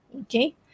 okay